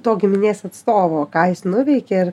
to giminės atstovo ką jis nuveikė ir